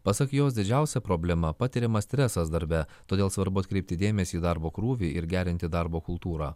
pasak jos didžiausia problema patiriamas stresas darbe todėl svarbu atkreipti dėmesį į darbo krūvį ir gerinti darbo kultūrą